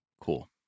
Cool